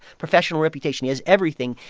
professional reputation. he has everything.